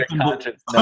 conscience